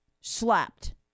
slapped